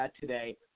today